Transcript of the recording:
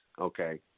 Okay